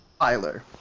Tyler